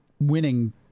winning